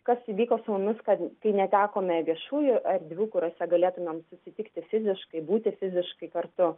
kas įvyko su mumis kad kai netekome viešųjų erdvių kuriose galėtumėm susitikti fiziškai būti fiziškai kartu